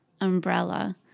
umbrella